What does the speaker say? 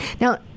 now